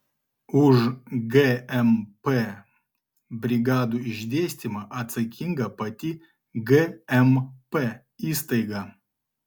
už gmp brigadų išdėstymą atsakinga pati gmp įstaiga